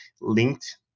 linked